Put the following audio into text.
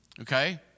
Okay